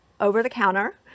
over-the-counter